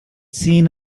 seen